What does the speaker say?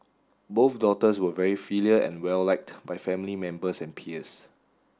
both daughters were very filial and well liked by family members and peers